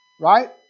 Right